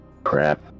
Crap